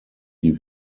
die